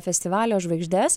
festivalio žvaigždes